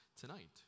tonight